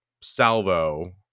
salvo